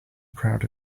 proud